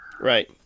Right